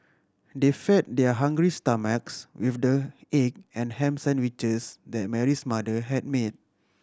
they fed their hungry stomachs with the egg and ham sandwiches that Mary's mother had made